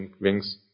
wings